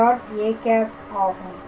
â ஆகும்